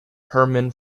hermann